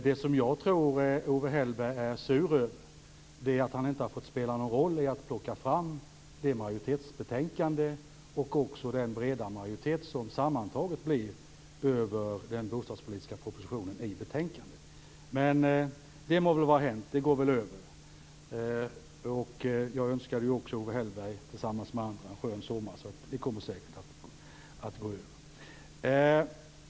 Det jag tror att Owe Hellberg är sur över är att han inte har fått spela någon roll i att plocka fram detta majoritetsbetänkande eller i den breda majoritet som det sammantaget blir för den bostadspolitiska propositionen i betänkandet. Men det må väl vara hänt. Det går väl över. Jag önskade ju också Owe Hellberg m.fl. en skön sommar, så det kommer säkert att gå över.